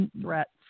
threats